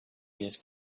this